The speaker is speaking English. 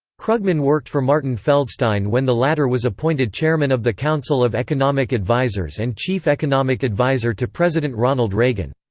krugman worked for martin feldstein when the latter was appointed chairman of the council of economic advisers and chief economic advisor to president ronald reagan.